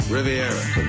Riviera